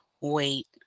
wait